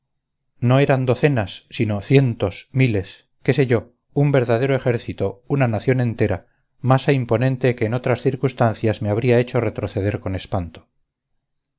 no eran docenas sino cientos miles qué sé yo un verdadero ejército una nación entera masa imponente que en otras circunstancias me habría hecho retroceder con espanto